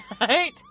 Right